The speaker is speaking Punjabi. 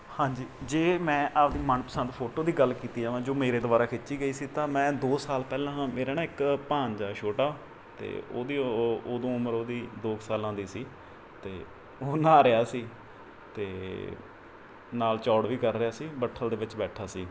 ਹਾਂਜੀ ਜੇ ਮੈਂ ਆਪਦੀ ਮਨਪਸੰਦ ਫੋਟੋ ਦੀ ਗੱਲ ਕੀਤੀ ਜਾਵਾਂ ਜੋ ਮੇਰੇ ਦੁਆਰਾ ਖਿੱਚੀ ਗਈ ਸੀ ਤਾਂ ਮੈਂ ਦੋ ਸਾਲ ਪਹਿਲਾਂ ਮੇਰਾ ਨਾ ਇੱਕ ਭਾਣਜਾ ਹੈ ਛੋਟਾ ਅਤੇ ਉਹਦੀ ਉਹ ਉਦੋਂ ਉਮਰ ਉਹਦੀ ਦੋ ਕੁ ਸਾਲਾਂ ਦੀ ਸੀ ਅਤੇ ਉਹ ਨਹਾ ਰਿਹਾ ਸੀ ਅਤੇ ਨਾਲ ਚੌੜ ਵੀ ਕਰ ਰਿਹਾ ਸੀ ਬੱਠਲ ਦੇ ਵਿੱਚ ਬੈਠਾ ਸੀ